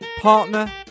partner